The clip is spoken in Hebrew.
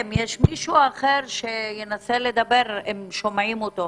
כלומר רואים שבעלי ההכנסות הנמוכות הם יותר גבוהים בקרב המגזר